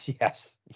yes